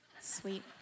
Sweet